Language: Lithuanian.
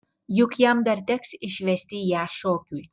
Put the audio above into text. juk jam dar teks išvesti ją šokiui